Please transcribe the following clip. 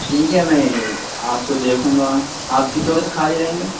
ٹھیک ہے میں آپ کو دیکھوں گا آپ کس وقت خالی رہیں گے